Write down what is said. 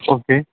okay